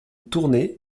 tournée